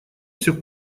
все